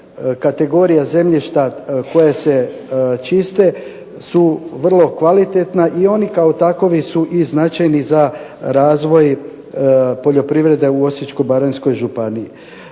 kategorija zemljišta koja se čiste su vrlo kvalitetna i oni kao takovi su značajni za razvoj poljoprivrede u Osječko-baranjskoj županiji.